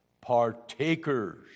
partakers